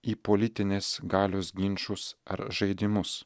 į politinės galios ginčus ar žaidimus